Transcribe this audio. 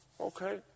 Okay